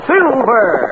Silver